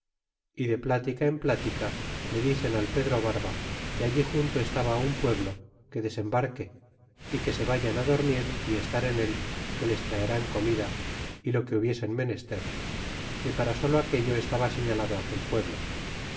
y de plática en plática le dicen al pedro barba que allí junto estaba un pueblo que desembarque e que se vayan dormir y estar en él que les traerán comida y lo que hubieren menester que para solo aquello estaba señalado aquel pueblo